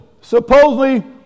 supposedly